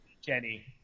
Jenny